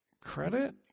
credit